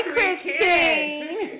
Christine